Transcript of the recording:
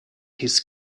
his